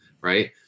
right